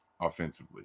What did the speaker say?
offensively